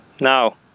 Now